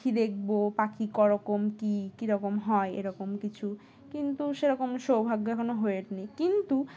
পাখি দেখবো পাখি করকম কী কীরকম হয় এরকম কিছু কিন্তু সেরকম সৌভাগ্য এখনও হয়ে ওঠেনি কিন্তু